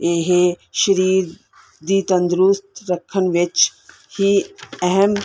ਇਹ ਸਰੀਰ ਦੀ ਤੰਦਰੁਸਤ ਰੱਖਣ ਵਿੱਚ ਹੀ ਅਹਿਮ